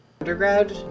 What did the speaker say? Undergrad